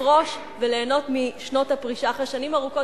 לפרוש וליהנות משנות הפרישה אחרי שנים ארוכות